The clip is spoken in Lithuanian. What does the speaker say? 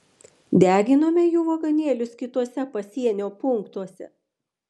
deginome jų vagonėlius kituose pasienio punktuose